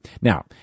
Now